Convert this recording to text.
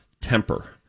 temper